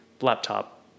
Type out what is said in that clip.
laptop